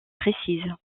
précise